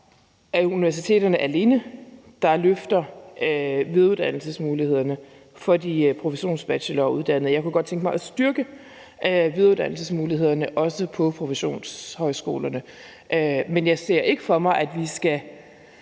er universiteterne alene, der løfter videreuddannelsesmulighederne for de professionsbacheloruddannede. Jeg kunne godt tænke mig at styrke videreuddannelsesmulighederne, også på professionshøjskolerne. Jeg ser ikke for mig, at vi skal